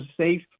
safe